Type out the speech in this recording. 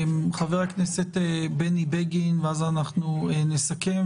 חבר הכנסת בני בגין ואז נסכם.